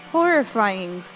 Horrifying